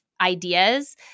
ideas